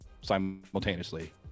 simultaneously